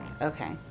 Okay